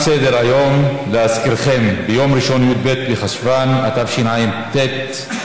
ביום ראשון, י"ב בחשוון התשע"ט,